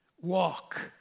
walk